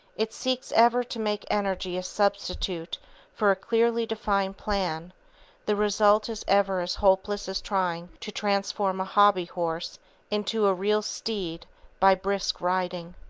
it seeks ever to make energy a substitute for a clearly defined plan the result is ever as hopeless as trying to transform a hobby-horse into a real steed by brisk riding.